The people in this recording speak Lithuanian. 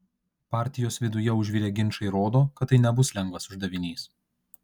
partijos viduje užvirę ginčai rodo kad tai nebus lengvas uždavinys